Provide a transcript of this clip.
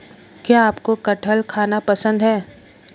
क्या आपको कठहल खाना पसंद है?